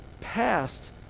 past